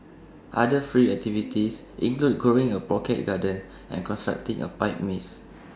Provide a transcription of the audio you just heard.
other free activities include growing A pocket garden and constructing A pipe maze